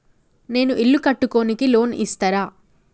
నేను ఇల్లు కట్టుకోనికి లోన్ ఇస్తరా?